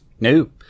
No